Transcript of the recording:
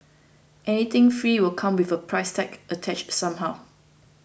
anything free will come with a price tag attached somehow